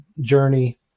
journey